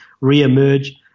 re-emerge